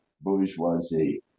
bourgeoisie